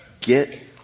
Get